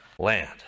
land